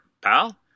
pal